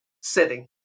sitting